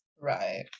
right